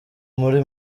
muri